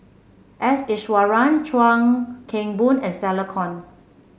S Iswaran Chuan Keng Boon and Stella Kon